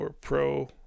pro